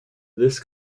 this